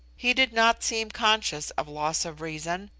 he did not seem conscious of loss of reason,